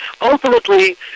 ultimately